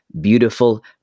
beautiful